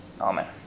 Amen